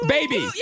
Baby